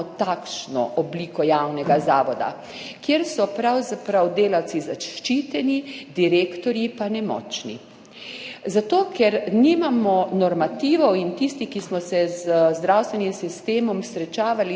takšno obliko javnega zavoda, kjer so pravzaprav delavci zaščiteni, direktorji pa nemočni, zato ker nimamo normativov. Tisti, ki smo se z zdravstvenim sistemom srečevali